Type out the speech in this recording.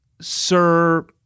Sir